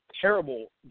terrible